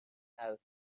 حذف